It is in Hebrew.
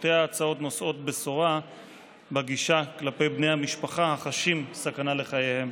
שתי ההצעות נושאות בשורה בגישה כלפי בני המשפחה החשים סכנה לחייהם.